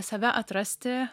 save atrasti